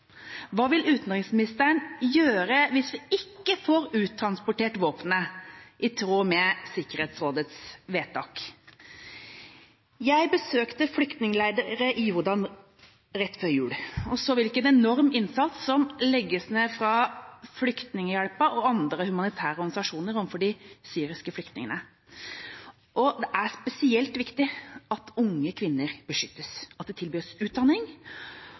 Hva vil utenriksministeren gjøre hvis vi ikke får uttransportert våpnene i tråd med Sikkerhetsrådets vedtak? Jeg besøkte flyktningleirer i Jordan rett før jul og så hvilken enorm innsats som legges ned fra Flyktninghjelpen og andre humanitære organisasjoner overfor de syriske flyktningene. Det er spesielt viktig at unge kvinner beskyttes, at det tilbys utdanning